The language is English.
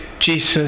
Jesus